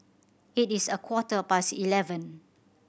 it is a quarter past eleven